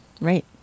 right